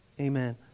Amen